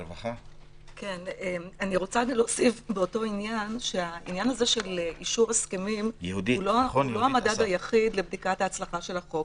העניין של אישור הסכמים הוא לא המדד היחיד לבדיקת ההצלחה של החוק.